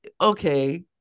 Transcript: okay